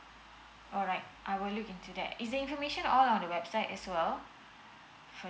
alright I will look into that is the information all in the website as well